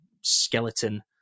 skeleton